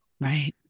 right